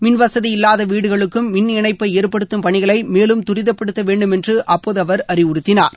மின்வசதி இல்லாத வீடுகளுக்கும் மின் இணைப்பை ஏற்படுத்தும் பணிகளை மேலும் துரிதபடுத்த வேண்டும் என்று அப்போது அவர் அறிவுறுத்தினார்